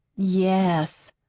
yes.